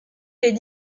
des